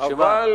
שמה?